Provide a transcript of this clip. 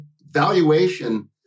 valuation